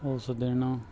ਉਸ ਦਿਨ